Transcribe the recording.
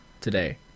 today